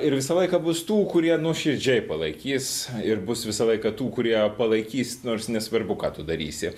ir visą laiką bus tų kurie nuoširdžiai palaikys ir bus visą laiką tų kurie palaikys nors nesvarbu ką tu darysi